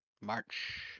March